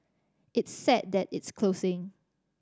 it's sad that it's closing